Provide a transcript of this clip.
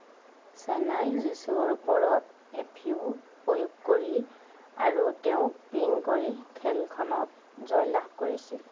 ছেনাই যীচুৰ ওপৰত এফইউ প্ৰয়োগ কৰি আৰু তেওঁক পিন কৰি খেলখনত জয়লাভ কৰিছিল